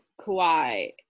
Kawhi